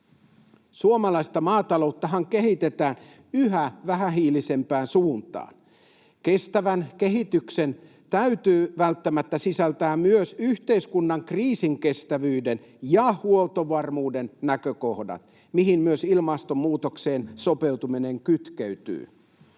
Suomalaista maatalouttahan kehitetään yhä vähähiilisempään suuntaan. Kestävän kehityksen täytyy välttämättä sisältää myös yhteiskunnan kriisinkestävyyden ja huoltovarmuuden näkökohdat, mihin myös ilmastonmuutokseen sopeutuminen kytkeytyy.